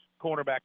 cornerback